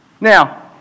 Now